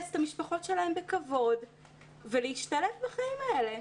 את המשפחות שלהם בכבוד ולהשתלב בחיים האלה,